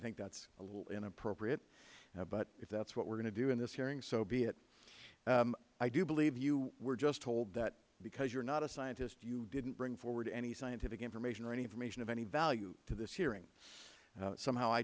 think that is a little inappropriate but if that is what we are going do in this hearing so be it i do believe you were just told that because you are not a scientist you didn't bring forward any scientific information or any information of any value to this hearing somehow i